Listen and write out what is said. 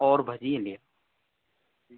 और भजिया ले आओ